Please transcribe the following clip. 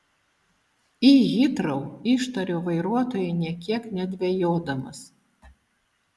į hitrou ištariu vairuotojui nė kiek nedvejodamas